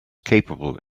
capable